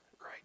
right